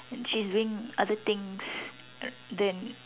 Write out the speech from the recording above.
she's doing other things then